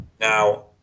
Now